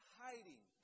hiding